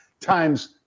times